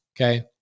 okay